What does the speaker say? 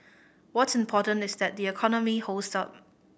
what's important is that the economy holds up